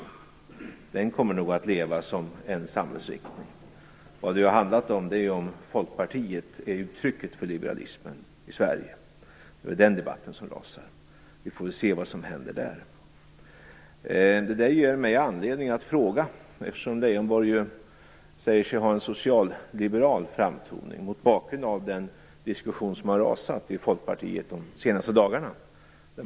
Liberalismen kommer nog att leva som en samhällsriktning. Vad det handlat om är ju om Folkpartiet är uttrycket för liberalismen i Sverige. Det är väl den debatten som rasar. Vi får väl se vad som händer där. Leijonborg säger sig ju ha en socialliberal framtoning - mot bakgrund av den diskussion som rasat i Folkpartiet under de senaste dagarna.